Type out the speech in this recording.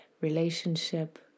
relationship